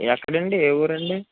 ఎక్కడండి ఏ ఊరండి